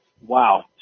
Wow